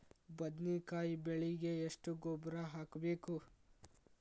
ಬದ್ನಿಕಾಯಿ ಬೆಳಿಗೆ ಎಷ್ಟ ಗೊಬ್ಬರ ಹಾಕ್ಬೇಕು?